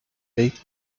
late